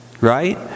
right